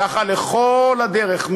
ככה לכל אורך הדרך,